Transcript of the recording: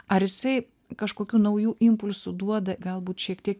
ar jisai kažkokių naujų impulsų duoda galbūt šiek tiek